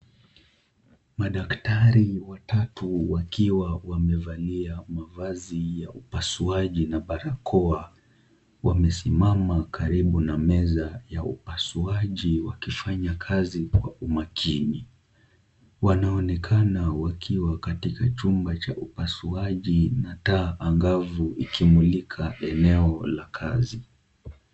Madaktari watatu wakiwa wamevalia mavazi ya upasuaji na barakoa, wamesimama karibu na meza ya upasuaji wakifanya kazi kwa umakini, wanaonekana wakiwa katika chumba cha upasuaji na taa angavu likimulika eneo la kazi.